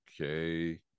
okay